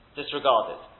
disregarded